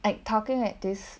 I talking at this